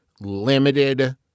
limited